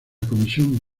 comisión